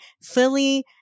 Philly